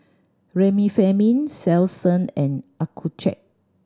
Remifemin Selsun and Accucheck